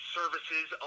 services